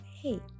hey